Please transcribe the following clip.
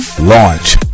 launch